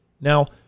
Now